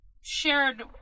shared